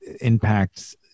impacts